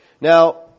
Now